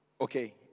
Okay